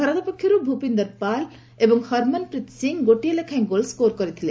ଭାରତ ପକ୍ଷରୁ ରୁପିନ୍ଦର ପାଲ ପାଲ ସିଂ ଓ ହରମନପ୍ରୀତ ସିଂ ଗୋଟିଏ ଲେଖାଏଁ ଗୋଲ୍ ସ୍କୋର କରିଥିଲେ